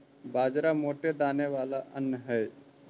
बाजरा मोटे दाने वाला अन्य हई